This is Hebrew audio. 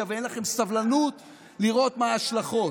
ואין לכם סבלנות לראות מה יהיו ההשלכות.